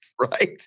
Right